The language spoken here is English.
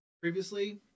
previously